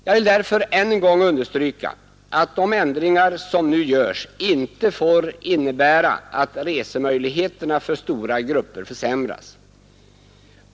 Jag vill därför än en gång understryka att de ändringar som nu görs inte får innebära att resemöjligheterna för stora grupper försämras.